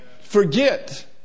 Forget